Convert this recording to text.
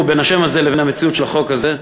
בין השם הזה לבין המציאות של החוק הזה.